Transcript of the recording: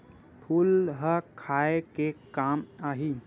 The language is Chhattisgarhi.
फूल ह खाये के काम आही?